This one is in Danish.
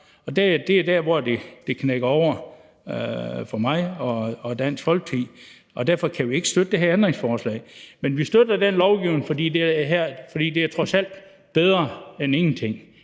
Det er der, hvor det knækker over for mig og Dansk Folkeparti, og derfor kan vi ikke støtte det her ændringsforslag. Men vi støtter det her lovforslag, fordi det trods alt er bedre end ingenting,